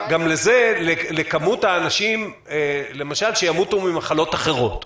-- לכמות האנשים, למשל, שימותו ממחלות אחרות.